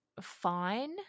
fine